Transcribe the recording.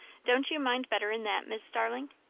don't you mind better'n that, mis' starling?